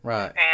Right